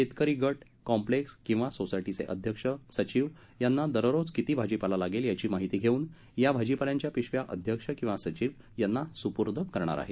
शेतकरी गठा कॉम्प्लेक्स किंवा सोसायींचे अध्यक्ष सचिव यांना दररोज किती भाजीपाला लागेल याची माहिती घेऊन या भाजीपाल्यांच्या पिशव्या अध्यक्ष किंवा सचिव यांना सुपूर्द करणार आहेत